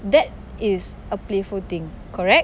that is a playful thing correct